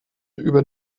über